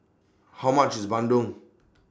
How much IS Bandung